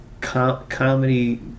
comedy